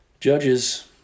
Judges